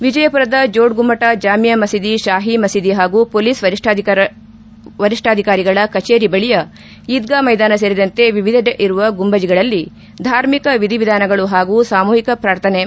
ವಿಜಯಪುರದ ಜೋಡ್ ಗುಮ್ನಟ ಜಾಮೀಯಾ ಮಸೀದಿ ಶಾಹಿ ಮಸೀದಿ ಹಾಗೂ ಹೊಲೀಸ್ ವರಿಷ್ಠಾಧಿಕಾರಿಗಳ ಕಚೇರಿ ಬಳಿಯ ಈದ್ಗಾ ಮೈದಾನ ಸೇರಿದಂತೆ ವಿವಿಧೆಡೆ ಇರುವ ಗುಂಬಜ್ಗಳಲ್ಲಿ ಧಾರ್ಮಿಕ ವಿಧಿ ವಿಧಾನಗಳು ಹಾಗೂ ಸಾಮೂಹಿಕ ಪ್ರಾರ್ಥನೆ ಮಾಡಿದರು